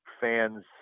fans